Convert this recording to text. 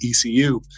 ECU